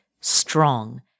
strong